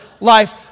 life